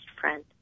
friend